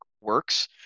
works